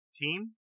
team